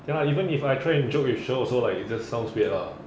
ya even if I try and joke with sher also like it just sounds weird uh